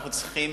אנחנו צריכים